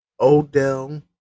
Odell